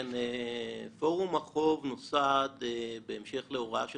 "פורום החוב" נוסד בהמשך להוראה של